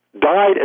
died